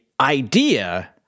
idea